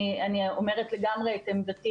אני אומרת לגמרי את עמדתי,